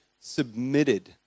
submitted